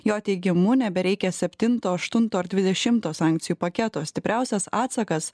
jo teigimu nebereikia septinto aštunto ar dvidešimto sankcijų paketo stipriausias atsakas